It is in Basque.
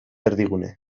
erdigune